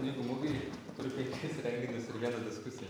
knygų mugėj turiu penkis renginius ir vieną diskusiją